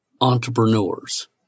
entrepreneurs